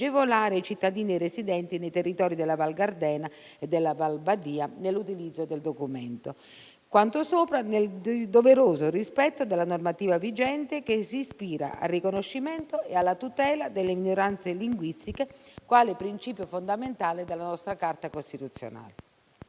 i cittadini residenti nei territori della Val Gardena e della Val Badia nell'utilizzo del documento. Quanto sopra nel doveroso rispetto della normativa vigente che si ispira al riconoscimento e alla tutela delle minoranze linguistiche quale principio fondamentale della nostra Carta costituzionale.